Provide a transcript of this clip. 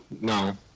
No